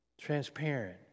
Transparent